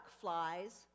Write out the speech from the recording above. flies